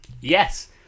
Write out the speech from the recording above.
Yes